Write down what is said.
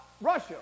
Russia